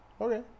okay